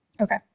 Okay